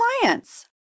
clients